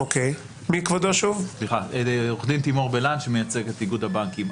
אני תימור בלן, אני מייצג את איגוד הבנקים.